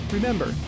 Remember